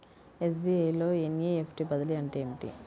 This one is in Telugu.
ఎస్.బీ.ఐ లో ఎన్.ఈ.ఎఫ్.టీ బదిలీ అంటే ఏమిటి?